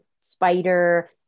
spider